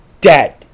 dead